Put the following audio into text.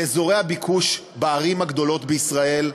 באזורי הביקוש בערים הגדולות בישראל,